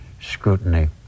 scrutiny